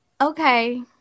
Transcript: Okay